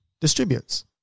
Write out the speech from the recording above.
distributes